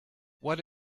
what